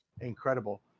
incredible